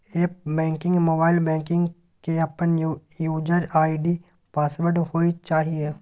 app banking, mobile banking के अपन user ID password होय चाहिए